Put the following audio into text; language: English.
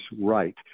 right